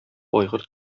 айгыр